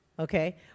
Okay